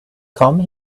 come